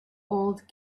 old